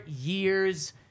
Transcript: years